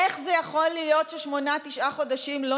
איך זה יכול להיות ששמונה-תשעה חודשים לא